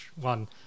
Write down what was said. one